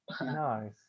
Nice